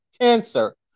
cancer